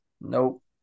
Nope